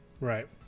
Right